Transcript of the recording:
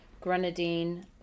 grenadine